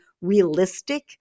realistic